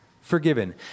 forgiven